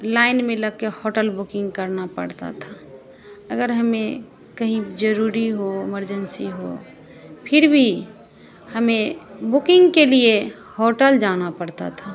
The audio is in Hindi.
लाइन में लग के होटल बुकिंग करना पड़ता था अगर हमें कहीं ज़रूरी हो ईमर्जन्सी हो फिर भी हमें बुकिंग के लिए होटल जाना पड़ता था